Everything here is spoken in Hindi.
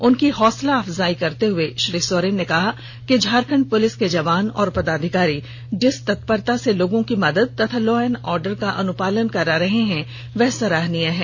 उनका हौसला अफजाई करते हुए श्री सोरेन ने कहा कि झारखण्ड पुलिस के जवान और पदाधिकारी जिस तत्परता से लोगों की मदद तथा लॉ एंड आर्डर का अनुपालन करा रहे हैं वह सराहनीय है